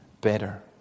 better